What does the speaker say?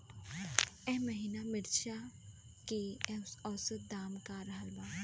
एह महीना मिर्चा के औसत दाम का रहल बा?